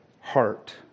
heart